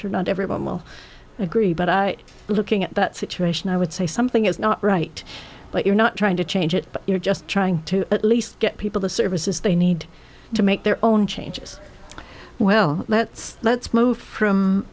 d not everybody will agree but looking at that situation i would say something is not right but you're not trying to change it you're just trying to at least get people the services they need to make their own changes well let's let's move from